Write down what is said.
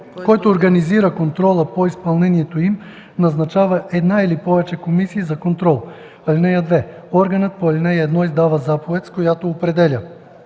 който организира контрола по изпълнението им, назначава една или повече комисии за контрол. (2) Органът по ал. 1 издава заповед, с която определя: